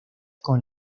con